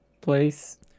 place